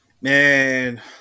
Man